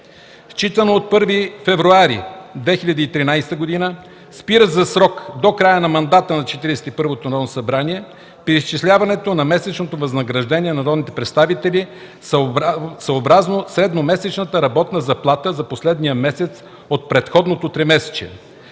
Считано от 1 февруари 2013 г. спира за срок до края на мандата на Четиридесет и първото Народно събрание преизчисляването на месечното възнаграждение на народните представители съобразно средномесечната работна заплата за последния месец от предходното тримесечие,